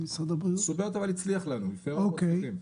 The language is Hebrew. עשו בעיות, אבל הצליח לנו, לפעמים אנחנו מצליחים.